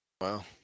Wow